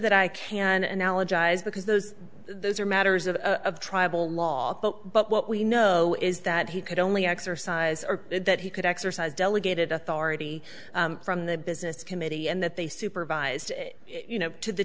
that i can and knowledge eyes because those those are matters of of tribal law but what we know is that he could only exercise or that he could exercise delegated authority from the business committee and that they supervised you know to the